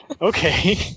Okay